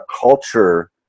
culture